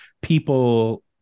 people